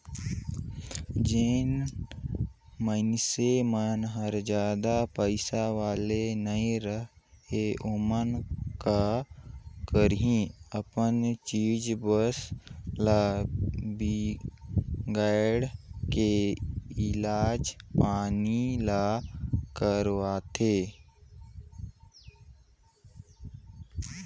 जेन मइनसे मन हर जादा पइसा वाले नइ रहें ओमन का करही अपन चीच बस ल बिगायड़ के इलाज पानी ल करवाथें